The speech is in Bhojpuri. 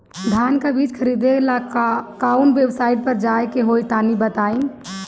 धान का बीज खरीदे ला काउन वेबसाइट पर जाए के होई तनि बताई?